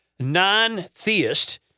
Non-theist